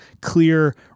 clear